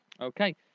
Okay